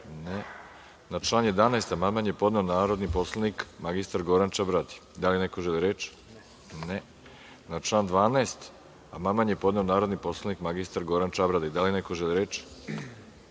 (Ne.)Na član 11. amandman je podneo narodni poslanik mr Goran Čabradi. Da li neko želi reč? (Ne.)Na član 12. amandman je podneo narodni poslanik mr Goran Čabradi. Da li neko želi reč?